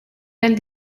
del